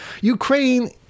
Ukraine